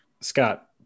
Scott